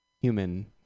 human